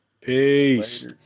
Peace